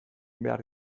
behar